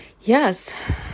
yes